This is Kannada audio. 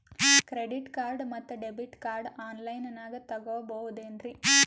ಕ್ರೆಡಿಟ್ ಕಾರ್ಡ್ ಮತ್ತು ಡೆಬಿಟ್ ಕಾರ್ಡ್ ಆನ್ ಲೈನಾಗ್ ತಗೋಬಹುದೇನ್ರಿ?